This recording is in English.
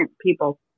people